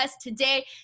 today